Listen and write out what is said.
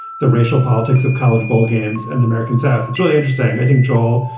the racial politics of college, bowl games and the american south. it's really interesting. i think, joel,